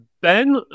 Ben